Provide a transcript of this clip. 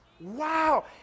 Wow